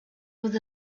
was